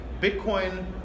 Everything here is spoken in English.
Bitcoin